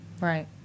Right